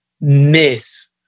miss